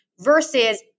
Versus